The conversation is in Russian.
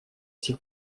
сих